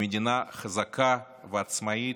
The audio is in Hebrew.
כמדינה חזקה ועצמאית,